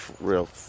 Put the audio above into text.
real